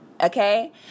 okay